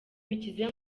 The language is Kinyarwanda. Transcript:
bikize